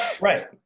right